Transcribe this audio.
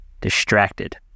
distracted